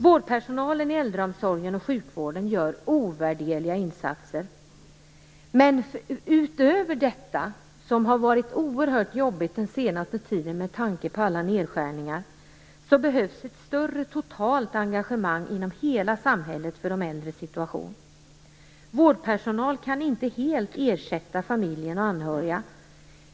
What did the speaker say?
Vårdpersonalen i äldreomsorgen och i sjukvården gör ovärderliga insatser. Men utöver detta - vilket har varit oerhört jobbigt under den senaste tiden med tanke på alla nedskärningar - behövs ett större totalt engagemang inom hela samhället för de äldres situation. Vårdpersonal kan inte helt ersätta familjen och anhöriga.